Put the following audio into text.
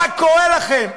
מה קורה לכם?